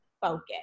focus